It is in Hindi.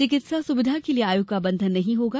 चिकित्सा सुविधा के लिये आय् का बंधन नहीं होगा